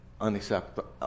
unacceptable